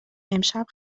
امشب